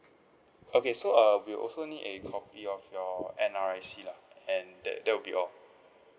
okay so uh we'll also need a copy of your N_R_I_C lah and tha~ that will be all